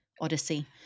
odyssey